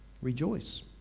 Rejoice